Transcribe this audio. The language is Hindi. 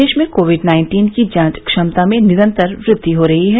देश में कोविड नाइन्टीन की जांच क्षमता में निरंतर वृद्धि हो रही है